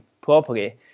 properly